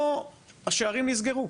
פה, השערים נסגרו.